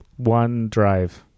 OneDrive